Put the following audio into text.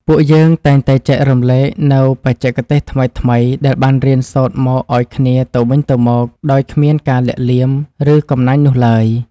ពួកយើងតែងតែចែករំលែកនូវបច្ចេកទេសថ្មីៗដែលបានរៀនសូត្រមកឱ្យគ្នាទៅវិញទៅមកដោយគ្មានការលាក់លៀម ឬកំណាញ់នោះឡើយ។